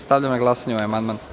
Stavljam na glasanje ovaj amandman.